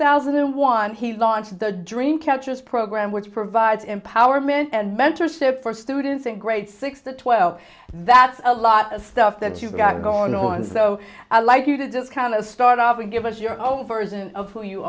thousand and one he launched the dream catchers program which provides empowerment and mentorship for students in grades six to twelve that's a lot of stuff that you've got going on so i'd like you to just kind of start off and give us your own version of who you